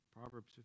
Proverbs